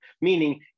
meaning